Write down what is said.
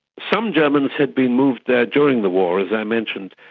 some germans had been moved there during the war, as i mentioned,